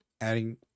adding